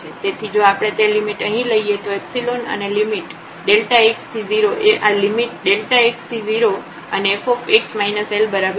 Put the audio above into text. તેથી જો આપણે તે લિમિટ અહીં લઈએ તો અને લિમિટ x→0 એ આ લિમિટ x→0 અને fx L બરાબર થશે